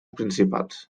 principals